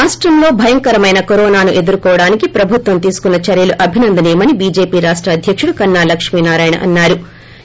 రాష్టంలో భయంకరమైన కరోనాను ఎదుర్కోవడానికి ప్రభుత్వం తీసుకున్న చర్యలు అభినందనీయమని బీజేపీ రాష్ట్ అధ్యకుడు కన్సా లక్ష్మీ నారాయణ అన్సారు